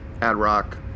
Ad-Rock